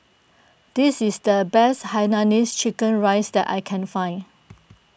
this is the best Hainanese Chicken Rice that I can find